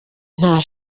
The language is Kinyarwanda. nta